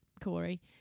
Corey